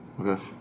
Okay